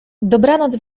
dobranoc